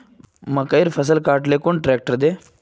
मकईर फसल काट ले कुन ट्रेक्टर दे?